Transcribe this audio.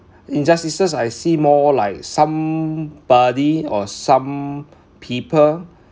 injustices I see more like somebody or some people